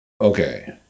Okay